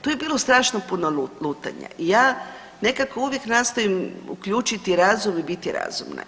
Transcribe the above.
Tu je bilo strašno puno lutanja i ja nekako uvijek nastojim uključiti razum i biti razumna.